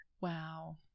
Wow